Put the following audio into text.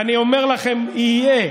אני אומר לכם, יהיה.